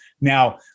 now